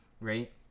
right